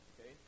Okay